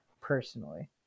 personally